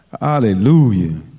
Hallelujah